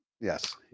Yes